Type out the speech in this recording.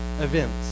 events